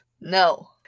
No